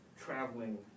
traveling